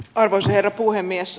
arvoisa herra puhemies